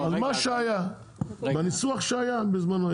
מה שהיה בניסוח שהיה בזמנו.